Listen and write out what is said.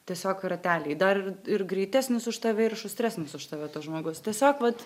tiesiog rateliai dar ir greitesnis už tave ir šustresnis už tave tas žmogus tiesiog vat